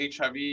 HIV